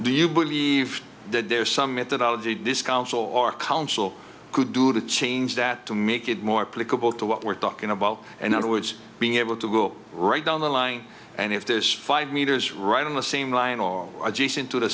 do you buy leave that there's some methodology this council or council could do to change that to make it more palatable to what we're talking about and other words being able to go right down the line and if there's five meters right on the same line or adjacent to the